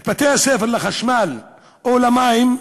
את בתי-הספר לחשמל או למים,